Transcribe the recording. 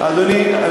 אדוני השר,